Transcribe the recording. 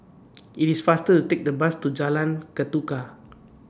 IT IS faster to Take The Bus to Jalan Ketuka